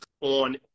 on